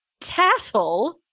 tattle